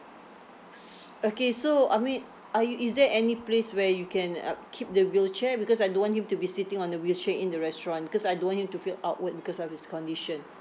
s~ okay so I mean are you is there any place where you can like keep the wheelchair because I don't want him to be sitting on the wheelchair in the restaurant because I don't want him to feel outward because of his condition